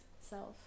self